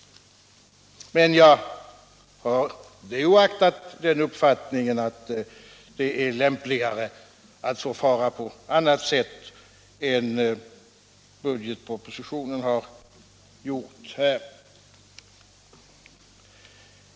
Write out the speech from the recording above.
Men jag har det oaktat den uppfattningen att det är lämpligare att förfara på annat sätt än man här har gjort i budgetpropositionen.